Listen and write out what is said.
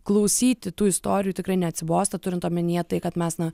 klausyti tų istorijų tikrai neatsibosta turint omenyje tai kad mes na